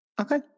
Okay